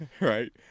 Right